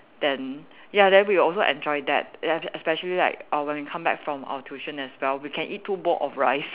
then ya then we also enjoyed that ya after especially like uh when we come back from our tuition as well we can eat two bowl of rice